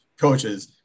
coaches